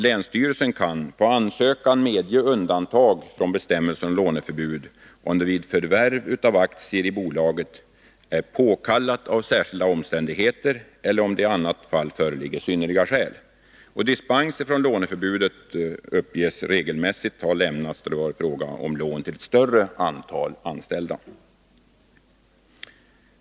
Länsstyrelsen kan nämligen på ansökan medge undantag från bestämmelsen om låneförbud, om det vid förvärv av aktier i bolaget är påkallat av särskilda omständigheter eller om det i annat fall föreligger synnerliga skäl. Dispens från låneförbudet har regelmässigt lämnats då det varit fråga om lån till ett större antal av de anställda.